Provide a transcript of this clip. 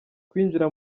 kwinjira